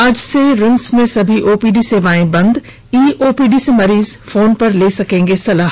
आज से रिम्स की सभी ओपीडी सेवाएं बंद ई ओपीडी से मरीज फोन पर ले सकेंगे सलाह